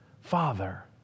Father